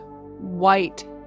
white